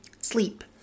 sleep